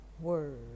word